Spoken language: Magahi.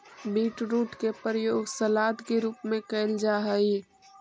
बीटरूट के प्रयोग सलाद के रूप में कैल जा हइ